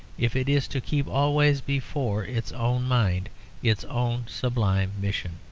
if it is to keep always before its own mind its own sublime mission.